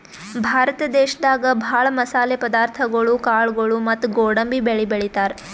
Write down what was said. ಭಾರತ ದೇಶದಾಗ ಭಾಳ್ ಮಸಾಲೆ ಪದಾರ್ಥಗೊಳು ಕಾಳ್ಗೋಳು ಮತ್ತ್ ಗೋಡಂಬಿ ಬೆಳಿ ಬೆಳಿತಾರ್